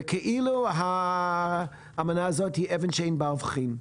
וכאילו האמנה הזאת היא אבן שאין לה הופכין.